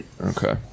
Okay